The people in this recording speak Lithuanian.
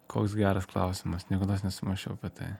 koks geras klausimas niekados nesumąsčiau apie tai